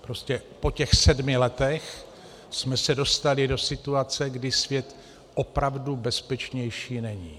Prostě po těch sedmi letech jsme se dostali do situace, kdy svět opravdu bezpečnější není.